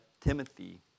Timothy